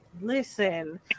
listen